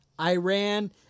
Iran